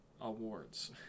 awards